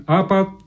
apat